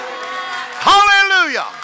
Hallelujah